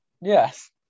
Yes